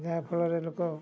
ଯାହାଫଳରେ ଲୋକ